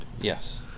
Yes